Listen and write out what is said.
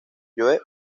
joe